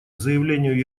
заявлению